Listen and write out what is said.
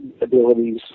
abilities